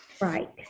right